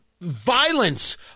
violence